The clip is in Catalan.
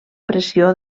pressió